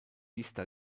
vista